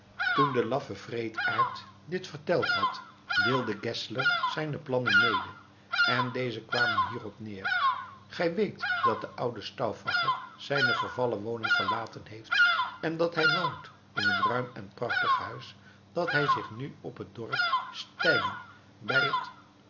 toen de laffe wreedaard dit verteld had deelde geszler zijne plannen mede en deze kwamen hierop neer gij weet dat de oude stauffacher zijne vervallen woning verlaten heeft en dat hij woont in een ruim en prachtig huis dat hij zich nu op het dorp steinen bij het